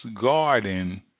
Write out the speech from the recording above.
garden